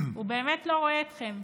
הוא באמת לא רואה אתכם.